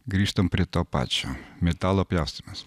grįžtam prie to pačio metalo pjaustymas